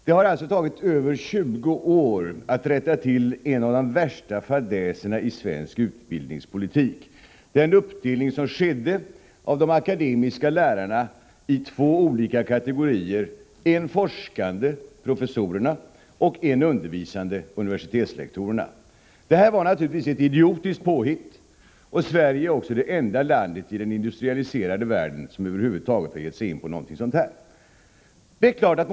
Det har alltså tagit över 20 år att rätta till en av de värsta fadäserna i svensk utbildningspolitik, den uppdelning som skedde av de akademiska lärarna i två olika kategorier, en forskande — professorerna — och en undervisande — universitetslektorerna. Det här var naturligtvis ett idiotiskt påhitt, och Sverige är också det enda land i den industrialiserade världen som över huvud taget har gett sig in på någonting sådant.